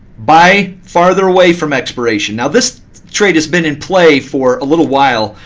buy farther away from expiration. now this trade has been in play for a little while.